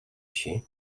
així